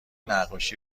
نقاشی